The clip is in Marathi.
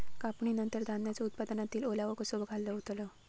कापणीनंतर धान्यांचो उत्पादनातील ओलावो कसो घालवतत?